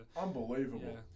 Unbelievable